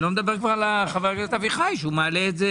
גם חבר הכנסת אביחי שמעלה את זה